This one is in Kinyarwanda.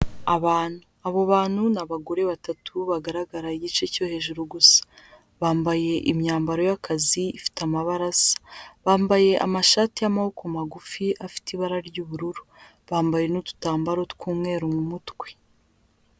Abantu, abo bantu ni abagore batatu bagaragara igice cyo hejuru gusa, bambaye imyambaro y'akazi ifite amabara asa, bambaye amashati y'amaboko magufi afite ibara ry'ubururu, bambaye n'udutambaro tw'umweru mu mutwe.